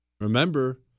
Remember